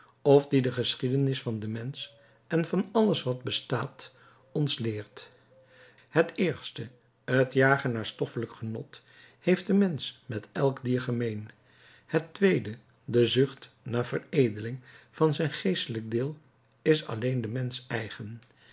of die de geschiedenis van den mensch en van alles wat bestaat ons leert het eerste het jagen naar stoffelijk genot heeft de mensch met elk dier gemeen het tweede de zucht naar veredeling van zijn geestelijk deel is alleen den mensch eigen